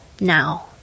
now